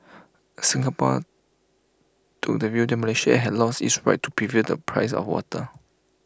Singapore took the view that Malaysia had lost its right to review the price of water